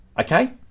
Okay